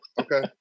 Okay